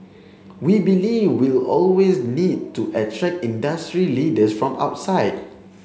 we believe we'll always need to attract industry leaders from outside